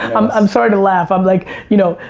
um i'm sorry to laugh, i'm like, you know,